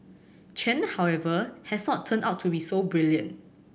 Chen however has not turned out to be so brilliant